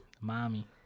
Mommy